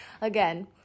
again